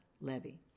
Levy